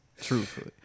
Truthfully